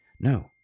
no